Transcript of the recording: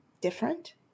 different